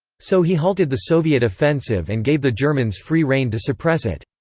so he halted the soviet offensive and gave the germans free rein to suppress it.